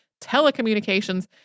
telecommunications